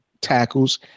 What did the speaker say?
tackles